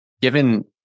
given